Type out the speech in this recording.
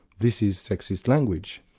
this is sexist language,